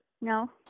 No